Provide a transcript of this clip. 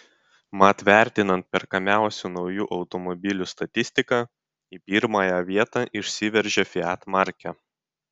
mat vertinant perkamiausių naujų automobilių statistiką į pirmąją vietą išsiveržė fiat markė